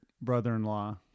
brother-in-law